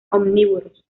omnívoros